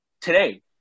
today